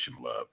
love